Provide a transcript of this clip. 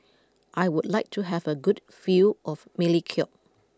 I would like to have a good view of Melekeok